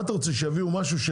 מה אתה רוצה שיביאו משהו?